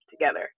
together